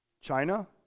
China